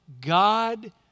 God